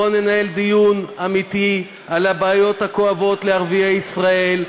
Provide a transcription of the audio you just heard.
בוא ננהל דיון אמיתי על הבעיות הכואבות לערביי ישראל,